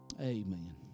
Amen